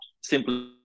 simply